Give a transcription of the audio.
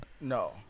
No